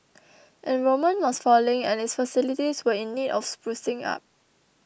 enrolment was falling and its facilities were in need of sprucing up